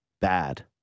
Bad